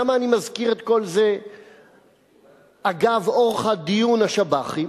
למה אני מזכיר את כל זה אגב אורחא דיון השב"חים?